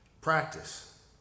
Practice